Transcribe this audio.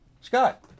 Scott